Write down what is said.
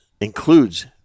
includes